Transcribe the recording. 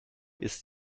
ist